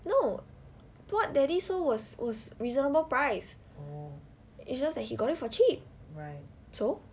no what what daddy sold was was reasonable price it's just that he got it for cheap so